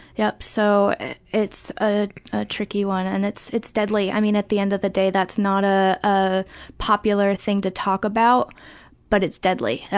yeah so it's ah a tricky one. and it's it's deadly. i mean, at the end of the day, that's not ah a popular thing to talk about but it's deadly,